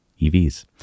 EVs